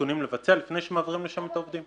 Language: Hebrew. תיקונים לבצע לפני שמעבירים לשם את העובדים.